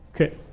Okay